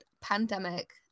pandemic